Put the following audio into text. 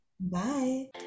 Bye